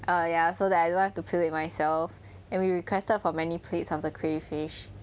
uh ya so that I don't have to peel it myself and we requested for many plates of the crayfish